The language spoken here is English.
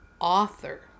Author